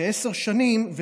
בעשר שנים,